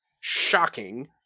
shocking